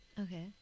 okay